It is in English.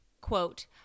Quote